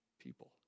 people